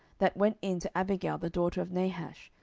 that went in to abigail the daughter of nahash,